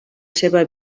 seva